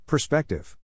Perspective